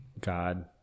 god